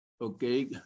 Okay